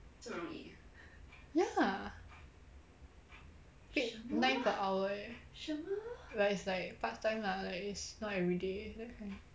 ya paid nine per hour eh but it's like part time lah like it's not everyday that kind